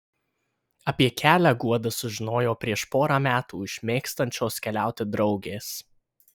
apie kelią guoda sužinojo prieš porą metų iš mėgstančios keliauti draugės